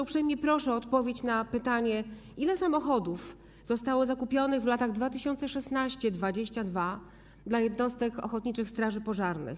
Uprzejmie proszę o odpowiedź na pytanie: Ile samochodów zostało zakupionych w latach 2016-2022 dla jednostek ochotniczych straży pożarnych?